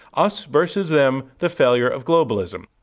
us versus them the failure of globalism.